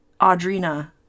Audrina